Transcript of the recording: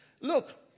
Look